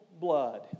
blood